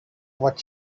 what